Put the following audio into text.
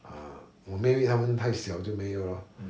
ah 我妹妹他们太小就没有 lor